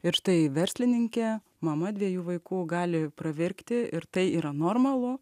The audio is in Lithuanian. ir štai verslininkė mama dviejų vaikų gali pravirkti ir tai yra normalu